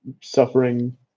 suffering